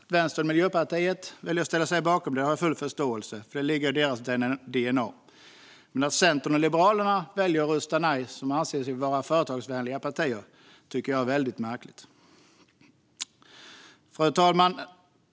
Att Vänstern och Miljöpartiet väljer att ställa sig bakom ett avslag har jag full förståelse för - det ligger i deras dna - men att Centern och Liberalerna, som anser sig vara företagsvänliga partier, väljer att rösta nej är märkligt. Fru talman!